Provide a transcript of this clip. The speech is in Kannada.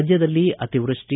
ರಾಜ್ಯದಲ್ಲಿ ಅತಿವೃಷ್ಷಿ